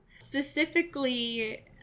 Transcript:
Specifically